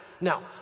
now